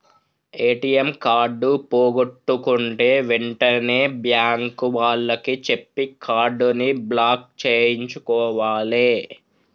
ATM card పోగొట్టుకుంటే వెంటనే bank వాళ్లకి చెప్పి కార్డుని బ్లాక్ చేయించుకోవాలే